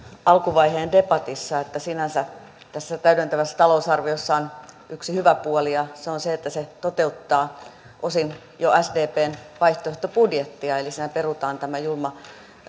alkuvaiheen debatissa että sinänsä tässä täydentävässä talousarviossa on yksi hyvä puoli ja se on se että se toteuttaa osin jo sdpn vaihtoehtobudjettia eli siinä perutaan tämä julma